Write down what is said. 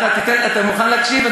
אתה מוכן להקשיב?